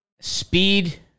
Speed